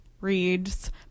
reads